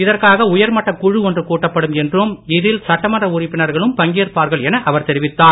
இதற்காக உயர்மட்டக் குழு ஒன்று கூட்டப்படும் என்றும் இதில் சட்டமன்ற உறுப்பினர்களும் பங்கேற்பார்கள் என அவர் தெரிவித்தார்